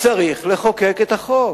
צריך לחוקק את החוק.